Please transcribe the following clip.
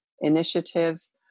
initiatives